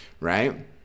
Right